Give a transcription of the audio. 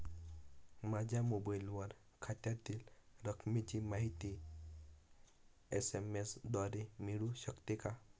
माझ्या मोबाईलवर खात्यातील रकमेची माहिती एस.एम.एस द्वारे मिळू शकते का?